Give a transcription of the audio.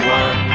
one